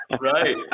Right